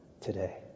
today